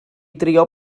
drio